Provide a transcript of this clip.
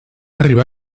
arribar